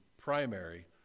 primary